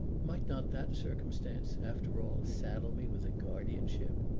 might not that circumstance after all saddle me with a guardianship?